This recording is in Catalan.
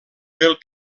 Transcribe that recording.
pel